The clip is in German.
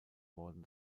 worden